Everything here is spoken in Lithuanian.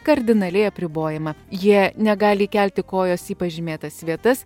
kardinaliai apribojama jie negali kelti kojos į pažymėtas vietas